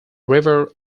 river